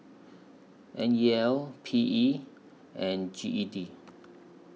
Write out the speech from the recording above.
N E L P E and G E D